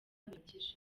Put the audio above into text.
bihagije